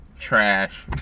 Trash